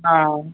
हाँ